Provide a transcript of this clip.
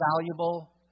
valuable